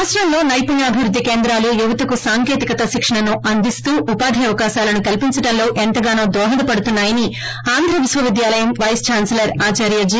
రాష్ట్రంలో నైపుణ్యాభివుద్ధి కేంద్రాలు యువతకు సాంకేతికత శిక్షణను అందిస్తు ఉపాధి అవకాశాలను కల్పించడంలో ఎంతగానో దోహద పడుతున్నా యని ఆంధ్రవిశ్వవిద్యాలయం వైస్ దాన్సలర్ ఆచార్య్ జి